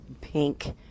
pink